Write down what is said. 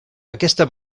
aquesta